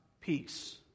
peace